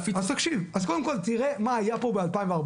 אז קודם כל תראה מה היה פה ב-2014.